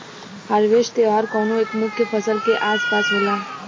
harvest त्यौहार कउनो एक मुख्य फसल के आस पास होला